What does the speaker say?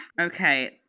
Okay